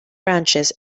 branches